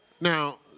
now